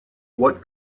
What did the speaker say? what